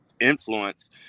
influence